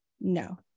no